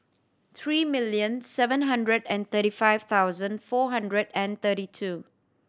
three million seven hundred and thirty five thousand four hundred and thirty two